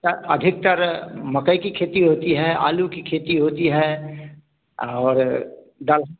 अधिकतर मकई की खेती होती है आलू की खेती होती है और दाल